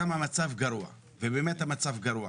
כמה המצב גרוע ובאמת המצב גרוע.